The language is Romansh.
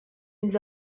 ils